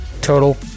Total